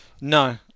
No